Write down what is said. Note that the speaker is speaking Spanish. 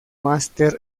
máster